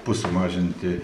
pus sumažinti